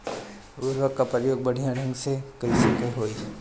उर्वरक क प्रयोग बढ़िया ढंग से कईसे होई?